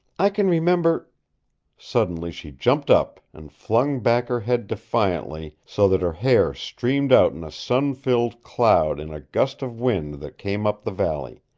i kin remember suddenly she jumped up, and flung back her head defiantly, so that her hair streamed out in a sun-filled cloud in a gust of wind that came up the valley.